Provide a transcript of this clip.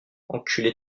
enculé